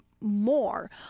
more